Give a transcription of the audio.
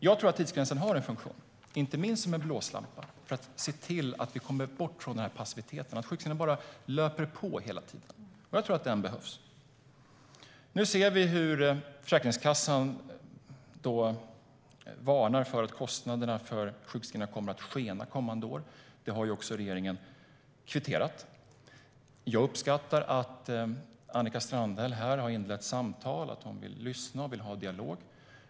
Jag tror att tidsgränsen har en funktion, inte minst som en blåslampa för att se till att vi kommer bort från passiviteten och från sjukskrivningar som bara löper på. Jag tror att den behövs. Nu ser vi hur Försäkringskassan varnar för att kostnaderna för sjukskrivningarna kommer att skena de kommande åren. Det har regeringen kvitterat. Jag uppskattar att Annika Strandhäll har inlett samtal och att hon vill lyssna och ha en dialog.